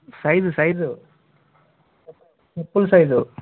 size size చప్పుల size